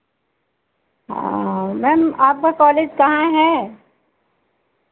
हाँ मैम आपका कॉलेज कहाँ है